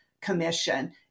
Commission